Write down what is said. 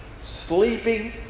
sleeping